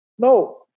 No